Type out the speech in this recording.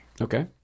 Okay